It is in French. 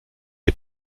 est